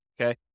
okay